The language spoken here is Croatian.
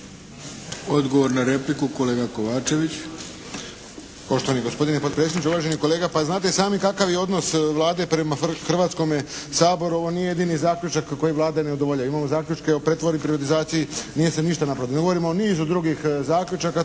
Odgovor na repliku, kolega Kovačević. **Kovačević, Pero (HSP)** Poštovani gospodine potpredsjedniče, uvaženi kolega. Pa znate i sami kakav je odnos Vlade prema Hrvatskome saboru. Ovo nije jedini zaključak na koji Vlada ne udovoljava. Imamo zaključke i pretvorbi i privatizaciji, nije se ništa napravilo. Govorimo o nizu drugih zaključaka,